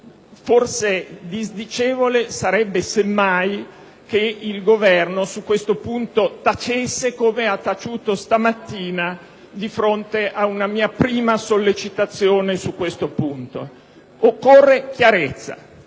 Forse disdicevole sarebbe semmai che il Governo tacesse su questo punto, come ha fatto stamattina di fronte a una mia prima sollecitazione. Ripeto: occorre chiarezza.